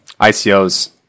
icos